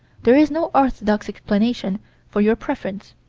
there is no orthodox explanation for your preference.